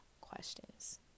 questions